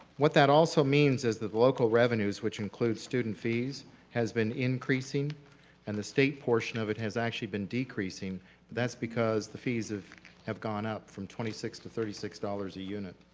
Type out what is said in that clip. what that also means is that the local revenues which include student fees has been increasing and the state portion of it has actually been decreasing that's because the fees of have gone up from twenty six to thirty six dollars a unit.